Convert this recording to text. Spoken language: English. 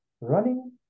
running